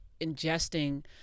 ingesting